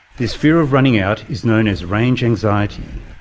this fear of running out is known as range anxiety,